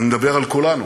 אני מדבר על כולנו.